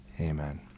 amen